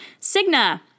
Cigna